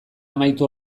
amaitu